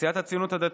סיעת הציונות הדתית,